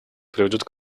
приведет